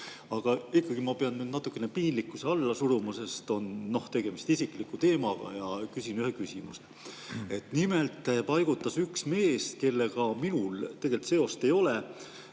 ikkagi, ma pean natukene piinlikkuse alla suruma, sest tegemist on isikliku teemaga, ja küsin ühe küsimuse. Nimelt paigutas üks mees, kellega minul tegelikult seost ei ole,